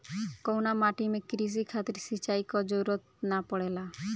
कउना माटी में क़ृषि खातिर सिंचाई क जरूरत ना पड़ेला?